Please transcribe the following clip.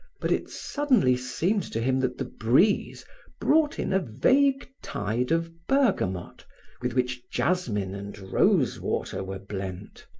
but it suddenly seemed to him that the breeze brought in a vague tide of bergamot with which jasmine and rose water were blent.